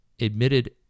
admitted